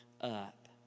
up